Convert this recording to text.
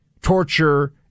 torture